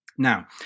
Now